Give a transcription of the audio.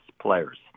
players